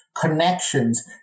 connections